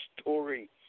story